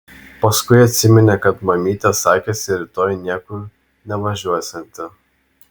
paskui atsiminė kad mamytė sakėsi rytoj niekur nevažiuosianti